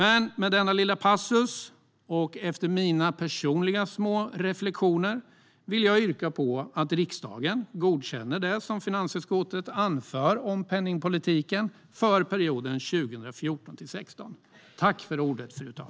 Efter denna lilla passus och mina personliga små reflektioner vill jag dock yrka på att riksdagen godkänner det finansutskottet anför om penningpolitiken för perioden 2014-2016.